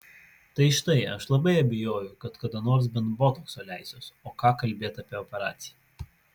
tai štai aš labai abejoju kad kada nors bent botokso leisiuosi o ką kalbėti apie operaciją